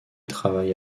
travaille